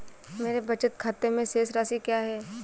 मेरे बचत खाते में शेष राशि क्या है?